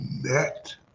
net